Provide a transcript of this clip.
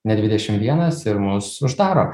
ne dvidešim vienas ir mus uždaro